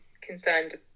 concerned